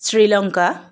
Sri Lanka